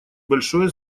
большое